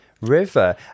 River